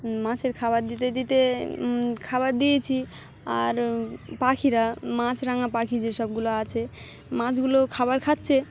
মাছের খাবার দিতে দিতে খাবার দিয়েছি আর পাখিরা মাছরাঙা পাখি যেসবগুলো আছে মাছগুলো খাবার খাচ্ছে